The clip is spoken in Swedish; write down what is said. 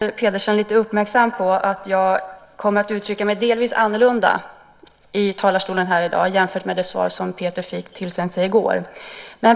Fru talman! Jag vill börja med att göra Peter Pedersen lite uppmärksam på att jag kommer att uttrycka mig delvis annorlunda i talarstolen här i dag jämfört med det svar som Peter fick sig tillsänt i går.